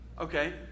Okay